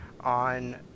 on